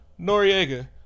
Noriega